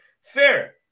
Fair